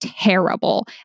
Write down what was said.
terrible